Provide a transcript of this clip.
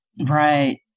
Right